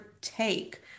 take